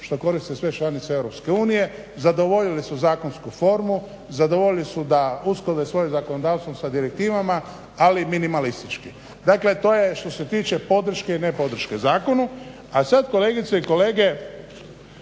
što koriste sve članice EU zadovoljile su zakonsku formu, zadovoljili su da usklade svoje zakonodavstvo sa direktivama, ali minimalistički. Dakle, to je što se tiče podrške i nepodrške zakonu. A sad kolegice i kolege